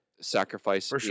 sacrifice